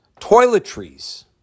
toiletries